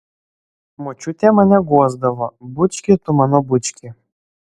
močiutė mane guosdavo bučki tu mano bučki